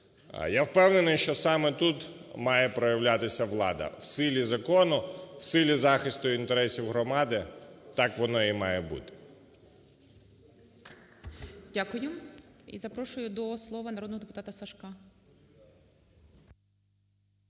Я впевнений, що саме тут має проявлятися влада – в силі закону, в силі захисту інтересів громади, так воно і має бути.